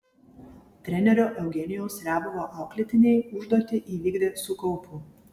trenerio eugenijaus riabovo auklėtiniai užduotį įvykdė su kaupu